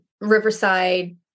Riverside